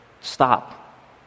stop